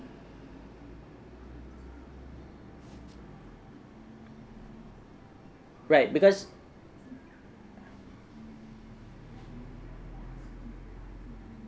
right because